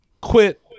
quit